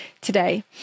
today